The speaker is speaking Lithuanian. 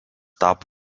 tapo